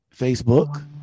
Facebook